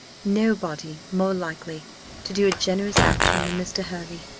nobody more likely to do a generous action than mr. hervey,